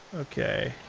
okay.